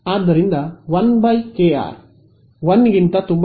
ಆದ್ದರಿಂದ 1 kr 1